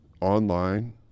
online